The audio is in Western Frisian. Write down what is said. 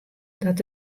dat